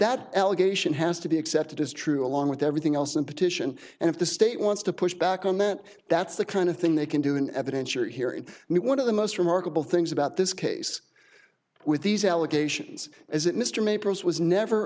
that allegation has to be accepted as true along with everything else and petition and if the state wants to push back on that that's the kind of thing they can do an evidentiary hearing me one of the most remarkable things about this case with these allegations is that mr may proceed was never